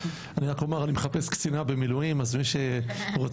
אני רק אומר אני מחפש קצינה במילואים אז מי שרוצה